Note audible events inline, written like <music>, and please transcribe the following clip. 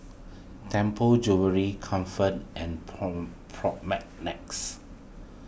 Temple Jewellery Comfort and <unintelligible>